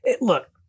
look